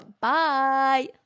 Bye